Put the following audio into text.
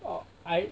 uh I